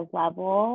level